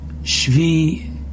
Shvi